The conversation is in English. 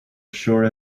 sure